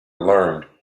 learned